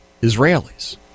Israelis